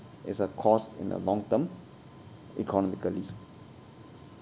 it's a cost in the long term economically